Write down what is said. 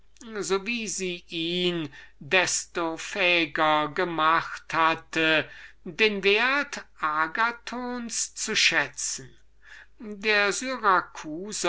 so wie sie ihn desto fähiger gemacht hatten den wert agathons zu schätzen der